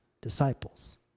disciples